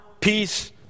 peace